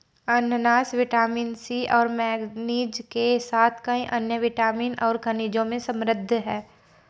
अनन्नास vitamin C और manganese के साथ कई अन्य विटामिन और खनिजों में समृद्ध हैं